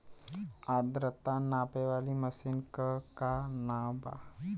आद्रता नापे वाली मशीन क का नाव बा?